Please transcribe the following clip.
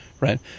right